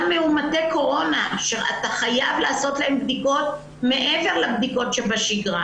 גם מאומתי קורונה שאתה חייב לעשות להם בדיקות מעבר לבדיקות שבשגרה.